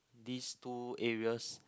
these two areas